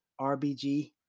RBG